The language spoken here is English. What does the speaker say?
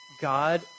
God